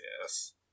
Yes